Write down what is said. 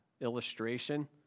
illustration